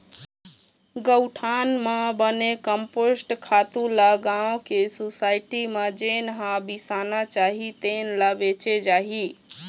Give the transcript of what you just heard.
गउठान म बने कम्पोस्ट खातू ल गाँव के सुसायटी म जेन ह बिसाना चाही तेन ल बेचे जाही